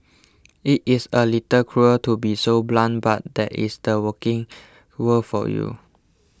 it is a little cruel to be so blunt but that is the working world for you